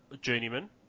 Journeyman